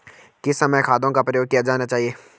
किस समय खादों का प्रयोग किया जाना चाहिए?